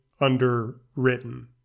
underwritten